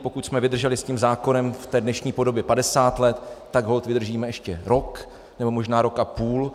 Pokud jsme vydrželi s tím zákonem v té dnešní podobě 50 let, tak holt vydržíme ještě rok nebo možná rok a půl.